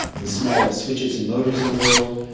the smallest switches and motors in the world.